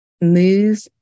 move